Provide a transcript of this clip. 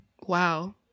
wow